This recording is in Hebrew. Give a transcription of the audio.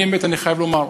אני, האמת, חייב לומר: